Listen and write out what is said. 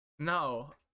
No